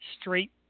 Straight